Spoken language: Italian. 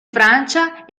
francia